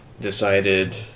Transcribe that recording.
Decided